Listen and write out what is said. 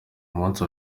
munsi